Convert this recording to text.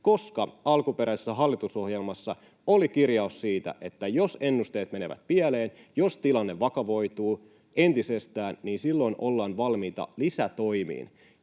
koska alkuperäisessä hallitusohjelmassa oli kirjaus siitä, että jos ennusteet menevät pieleen, jos tilanne vakavoituu entisestään, niin silloin ollaan valmiita lisätoimiin,